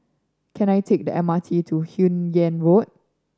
can I take the M R T to Hun Yeang Road